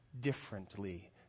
differently